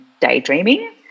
daydreaming